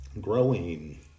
growing